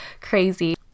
crazy